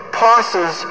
passes